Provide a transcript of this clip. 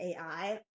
AI